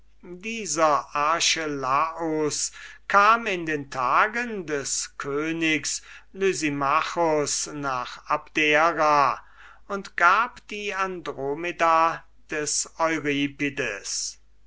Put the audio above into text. dieser archelaus kam in den tagen des königs lysimachus nach abdera und gab die andromeda des